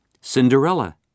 Cinderella